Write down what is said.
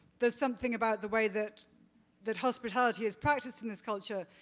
there's something about the way that that hospitality is practiced in this culture.